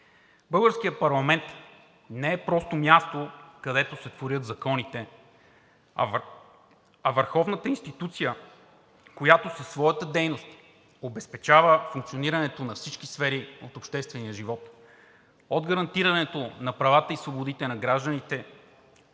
Българският парламент не е просто място, където се творят законите, а върховната институция, която със своята дейност обезпечава функционирането на всички сфери от обществения живот – от гарантирането на правата и свободите на гражданите